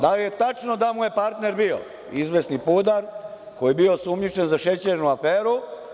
Da li je tačno da mu je partner bio, izvesni Pudar, koji je bio osumljičen za šećernu aferu?